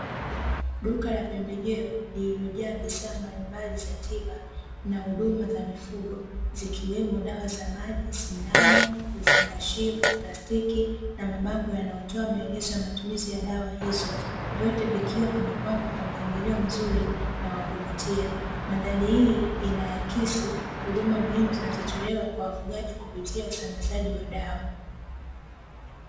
Duka la pembejeo, lililojaa bidhaa mbalimbali za tiba na huduma za mifugo zikiwemo: dawa za maji, sindano, vifungashio vya plastiki na mabango yanayotoa maelezo ya matumizi ya dawa hizo, vyote vikiwa vimepangwa kwa mpangilio mzuri na wa kuvutia. Mandhari hii inaakisi huduma muhimu zinazotolewa kwa wafugaji kupitia usambazaji wa dawa.